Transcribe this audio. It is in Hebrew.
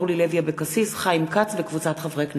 אורלי לוי אבקסיס וחיים כץ וקבוצת חברי הכנסת.